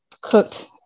cooked